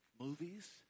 movies